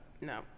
No